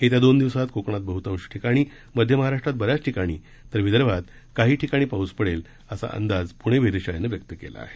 येत्या दोन दिवसात कोकणात बहुतांश ठिकाणी मध्य महाराष्ट्रात बऱ्याच ठिकाणी तर विदर्भात काही ठिकाणी पाऊस पडेल असा अंदाज पूणे वेधशाळेनं व्यक्त केला आहे